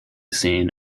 seen